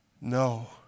No